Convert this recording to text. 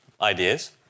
ideas